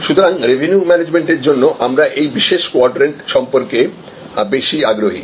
সুতরাং রেভিনিউ ম্যানেজমেন্টের জন্য আমরা এই বিশেষ কোয়াড্রেন্ট সম্পর্কে বেশি আগ্রহী